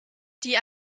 die